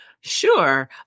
Sure